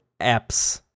apps